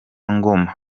ngoma